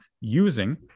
using